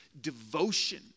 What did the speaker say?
devotion